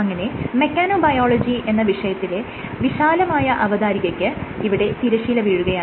അങ്ങനെ mechano biology എന്ന വിഷയത്തിന്റെ വിശാലമായ അവതാരികയ്ക്ക് ഇവിടെ തിരശീല വീഴുകയാണ്